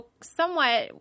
somewhat